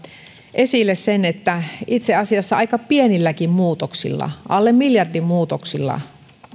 esille sen että itse asiassa aika pienilläkin muutoksilla alle miljardin muutoksilla